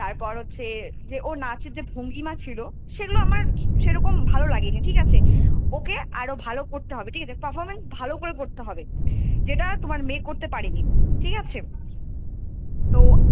তারপর হচ্ছে যে ওর নাচের যে ভঙ্গিমা ছিলো সেগুলো আমার সেরকম ভালো লাগে নি ঠিক আছে ওকে আরও ভালো করতে হবে ঠিক আছে পারফর্মেন্স ভালো করে করতে হবে যেটা তোমার মেয়ে করতে পারে নি ঠিক আছে তো